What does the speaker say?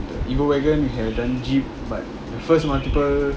you go you could have done but the first multiple